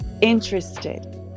interested